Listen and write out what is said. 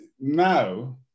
now